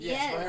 Yes